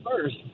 first